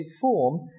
form